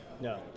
No